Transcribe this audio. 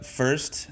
first